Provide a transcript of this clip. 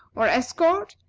or escort,